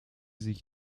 sich